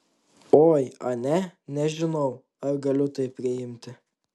oi ane nežinau ar galiu tai priimti